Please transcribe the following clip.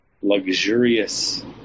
luxurious